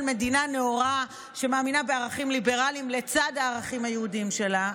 של מדינה נאורה שמאמינה בערכים ליברליים לצד הערכים היהודיים שלה,